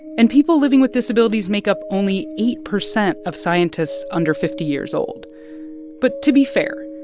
and people living with disabilities make up only eight percent of scientists under fifty years old but to be fair,